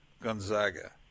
Gonzaga